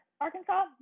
Arkansas